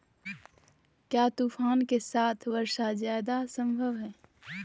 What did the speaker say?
क्या तूफ़ान के साथ वर्षा जायदा संभव है?